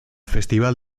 festival